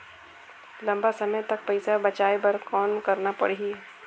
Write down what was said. लंबा समय तक पइसा बचाये बर कौन करना पड़ही?